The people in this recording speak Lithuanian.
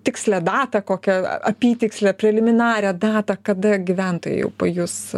tikslią datą kokią apytikslę preliminarią datą kada gyventojai jau pajus